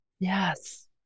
Yes